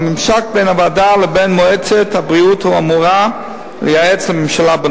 והממשק בין הוועדה לבין מועצת הבריאות האמורה לייעץ לממשלה,